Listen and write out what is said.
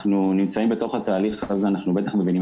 אנחנו נמצאים בתוך התהליך ואז אנחנו בטח מבינים